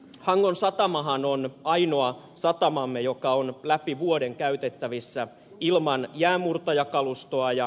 hangon satamahan on ainoa satamamme joka on läpi vuoden käytettävissä ilman jäänmurtajakalustoa